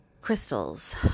Crystals